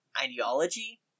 ideology